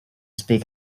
speak